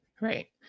Right